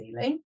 ceiling